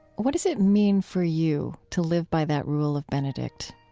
what does it mean for you to live by that rule of benedict?